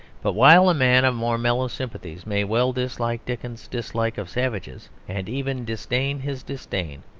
but while a man of more mellow sympathies may well dislike dickens's dislike of savages, and even disdain his disdain,